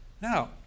Now